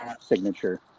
signature